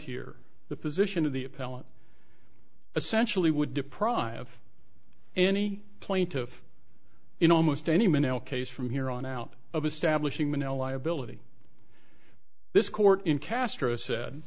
here the position of the appellant essentially would deprive any plaintiff in almost any minute case from here on out of establishing monella liability this court in castro said